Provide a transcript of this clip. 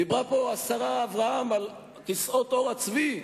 דיברה פה השרה אברהם על כיסאות עור הצבי,